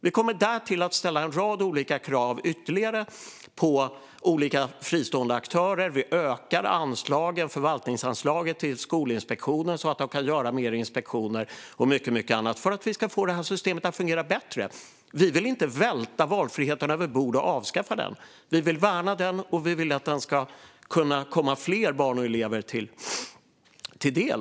Vi kommer därtill att ställa en rad ytterligare krav på fristående aktörer, öka förvaltningsanslaget till Skolinspektionen så att den kan göra fler inspektioner och mycket annat för att få systemet att fungera bättre. Vi vill inte välta valfriheten över bord och avskaffa den, utan vi vill att den ska komma fler barn och elever till del.